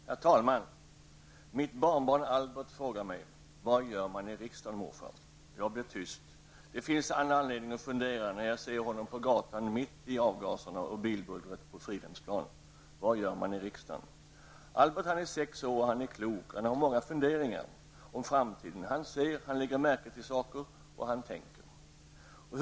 Herr talman! Mitt barnbarn Albert frågar mig: Vad gör man i riksdagen, morfar? Jag blir tyst. Det finns all anledning att fundera, när jag ser honom på gatan mitt i avgaserna och bilbullret på Albert är sex år och han är klok. Han har många funderingar om framtiden. Han ser, han lägger märke till saker, och han tänker.